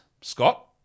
Scott